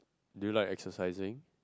do you like exercising